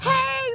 Hey